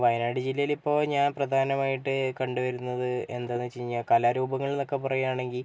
വയനാട് ജില്ലയിൽ ഇപ്പോൾ ഞാൻ പ്രധാനമായിട്ട് കണ്ട് വരുന്നത് എന്താന്ന് വെച്ച് കഴിഞ്ഞാൽ കലാരൂപങ്ങൾന്നൊക്കെ പറയുവാണെങ്കിൽ